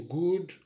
good